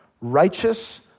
righteous